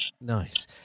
Nice